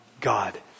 God